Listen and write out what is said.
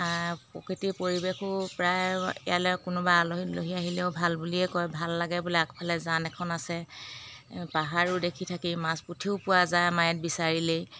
প্ৰকৃতিৰ পৰিৱেশো প্ৰায় ইয়ালৈ কোনোবা আলহি দুলহি আহিলেও ভাল বুলিয়েই কয় ভাল লাগে বোলে আগফালে জান এখন আছে পাহাৰো দেখি থাকি মাছ পুঠিও পোৱা যায় আমাৰ ইয়াত বিচাৰিলেই